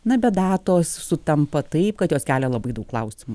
na bet datos sutampa taip kad jos kelia labai daug klausimų